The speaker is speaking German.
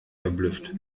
verblüfft